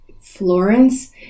Florence